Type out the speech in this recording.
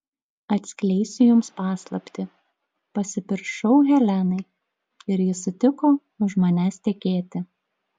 atskleisiu jums paslaptį pasipiršau helenai ir ji sutiko už manęs tekėti